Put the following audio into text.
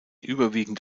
überwiegend